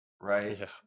Right